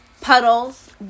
Puddles